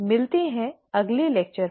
मिलते हैं अगले लेक्चर में